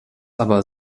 aber